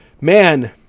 man